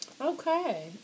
Okay